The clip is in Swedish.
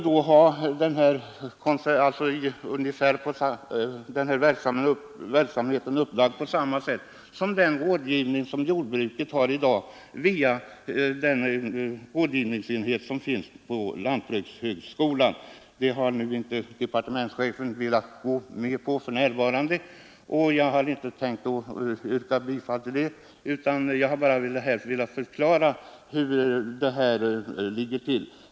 Deras verksamhet skulle vara upplagd på samma sätt som den rådgivning som jordbruket i dag bedriver via rådgivningsenheten på lantbrukshögskolan. Departementschefen har inte för närvarande velat gå med på inrättandet av dessa tjänster, och jag har inte heller nu tänkt yrka på detta. Jag har bara här velat redogöra för bakgrunden till frågan.